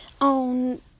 on